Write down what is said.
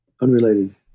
Unrelated